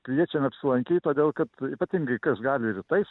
kviečiam apsilankyt todėl kad ypatingai kas gali rytais